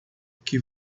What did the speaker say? que